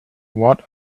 what